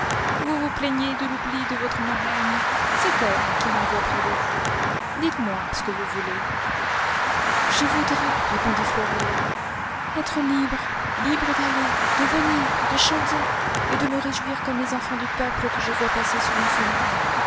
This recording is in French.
vous vous plaignez de l'oubli de votre marraine c'est elle qui m'envoie près de vous ditesmoi ce que vous voulez je voudrais répondit florella être libre liore d'aller de venir de chanter et de me réjouir comme les enfants du peuple que je vois passer sous mes fenêtres